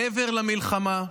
מעבר למלחמה,